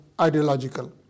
ideological